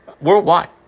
Worldwide